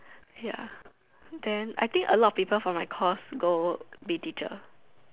ya then I think a lot of people from my course go be teacher